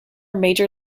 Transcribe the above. major